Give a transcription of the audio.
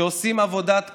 שעושים עבודת קודש.